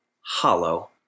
Hollow